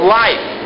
life